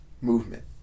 movement